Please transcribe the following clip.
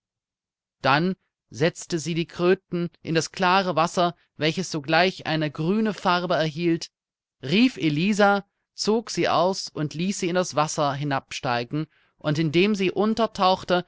dann setzte sie die kröten in das klare wasser welches sogleich eine grüne farbe erhielt rief elisa zog sie aus und ließ sie in das wasser hinab steigen und indem sie untertauchte